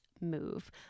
move